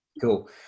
Cool